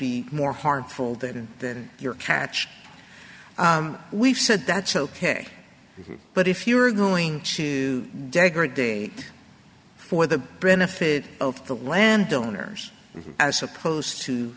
be more harmful than than your catch we've said that's ok but if you are going to degre day for the benefit of the landowners as opposed to